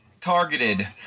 targeted